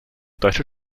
deutsche